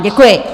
Děkuji.